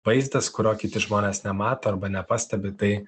vaizdas kurio kiti žmonės nemato arba nepastebi tai